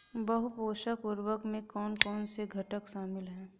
बहु पोषक उर्वरक में कौन कौन से घटक शामिल हैं?